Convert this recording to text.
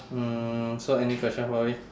mm so any question for me